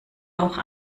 auch